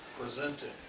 presenting